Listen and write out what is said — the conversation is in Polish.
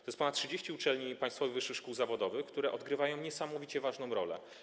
To jest ponad 30 uczelni, państwowych wyższych szkół zawodowych, które odgrywają niesamowicie ważną rolę.